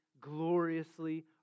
gloriously